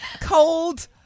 Cold